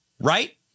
right